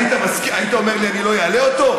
הייתי אומר לי: אני לא אעלה אותו?